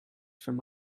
from